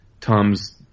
Tom's